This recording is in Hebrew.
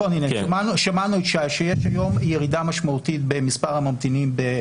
שמענו את שי שיש היום ירידה משמעותית במספר הממתינים.